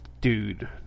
dude